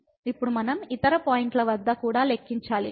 ఇప్పుడు మనం ఇతర పాయింట్ల వద్ద కూడా లెక్కించాలి